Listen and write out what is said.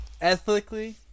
Ethically